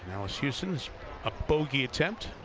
alice hewson's ah bogey attempt.